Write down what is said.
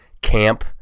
camp